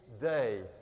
day